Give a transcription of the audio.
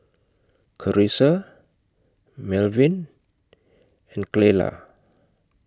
Charissa Melvyn and Clella